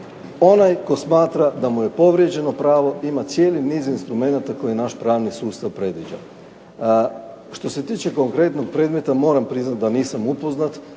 onaj tko smatram da mu je povrijeđeno pravo ima cijeli niz instrumenata koje naš pravni sustav predviđa. Što se tiče konkretnog predmeta moram priznat da nisam upoznat.